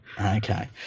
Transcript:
Okay